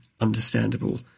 understandable